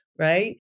Right